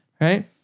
right